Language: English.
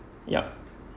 yup